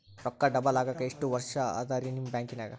ರೊಕ್ಕ ಡಬಲ್ ಆಗಾಕ ಎಷ್ಟ ವರ್ಷಾ ಅದ ರಿ ನಿಮ್ಮ ಬ್ಯಾಂಕಿನ್ಯಾಗ?